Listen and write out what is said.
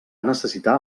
necessitar